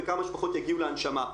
וכמה שפחות יגיעו להנשמה,